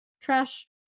trash